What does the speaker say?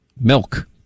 Milk